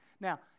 Now